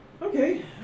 Okay